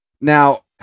Now